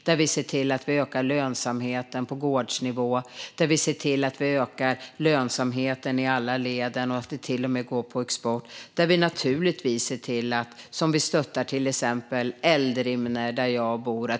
Vi ser också till att öka lönsamheten på gårdsnivå. Vi ser till att öka lönsamheten i alla led och att det till och med går på export. Vi ser naturligtvis också till att stötta till exempel Eldrimner, som finns där jag bor.